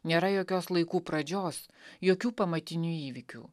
nėra jokios laikų pradžios jokių pamatinių įvykių